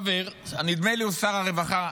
נדמה לי שר הרווחה,